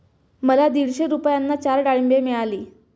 मला दीडशे रुपयांना चार डाळींबे मिळाली